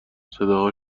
صداها